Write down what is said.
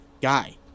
guy